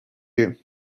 you